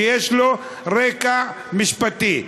שיש לו רקע משפטי.